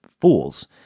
fools